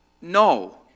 No